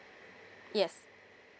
yes